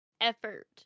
effort